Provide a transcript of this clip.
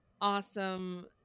awesome